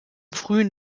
frühen